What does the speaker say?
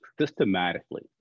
systematically